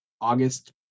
August